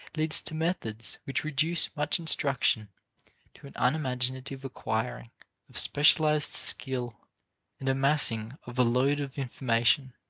leads to methods which reduce much instruction to an unimaginative acquiring of specialized skill and amassing of a load of information.